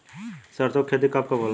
सरसों के खेती कब कब होला?